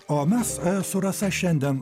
o mes su rasa šiandien